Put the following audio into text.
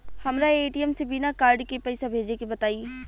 हमरा ए.टी.एम से बिना कार्ड के पईसा भेजे के बताई?